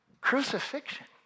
Crucifixion